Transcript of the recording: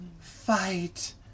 Fight